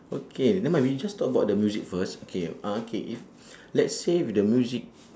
okay nevermind we just talk about the music first okay uh okay if let's say with the music